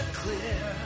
clear